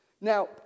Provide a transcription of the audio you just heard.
Now